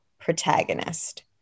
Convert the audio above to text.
protagonist